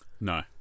No